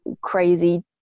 crazy